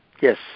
Yes